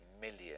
million